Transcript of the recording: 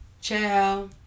Ciao